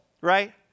right